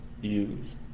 use